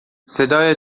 صدای